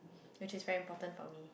which is very important for me